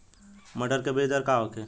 मटर के बीज दर का होखे?